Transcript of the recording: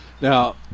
Now